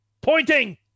Pointing